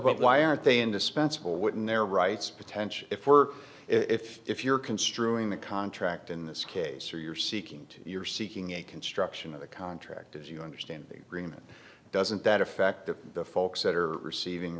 so why aren't they indispensable wouldn't their rights potential if were if if you're construing the contract in this case you're seeking you're seeking a construction of the contract as you understand it doesn't that affect the folks that are receiving